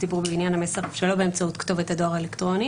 הציבורי בעניין המסר אף שלא באמצעות כתובת הדואר האלקטרוני